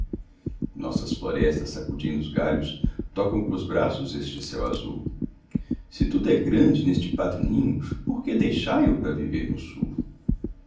nossas florestas sacudindo os galhos tocam cos braços este céu azul se tudo é grande neste pátrio ninho porque deixai o pra viver no sul